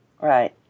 Right